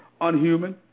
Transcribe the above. Unhuman